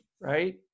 right